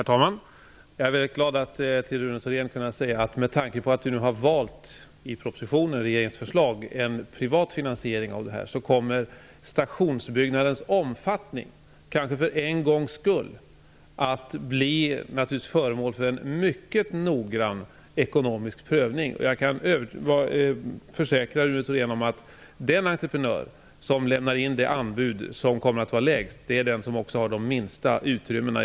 Herr talman! Jag är glad att till Rune Thorén kunna säga följande. Med tanke på att vi har valt en privat finansiering kommer frågan om stationsbyggnadens omfattning kanske för en gångs skull att bli föremål för en mycket noggrann ekonomisk prövning. Jag kan försäkra Rune Thorén om att den entreprenör som lämnar in det lägsta anbudet är också den vars förslag har de minsta utrymmena.